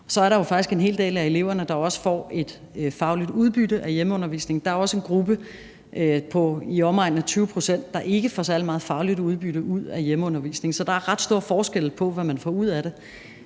Så er der faktisk en hel del af eleverne, der også får et fagligt udbytte af hjemmeundervisning. Der er også en gruppe på i omegnen af 20 pct., der ikke får særlig meget fagligt udbytte ud af hjemmeundervisning. Så der er ret store forskelle på, hvad man får ud af det.